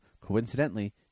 Coincidentally